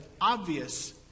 obvious